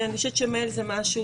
ואני חושבת שמייל זה משהו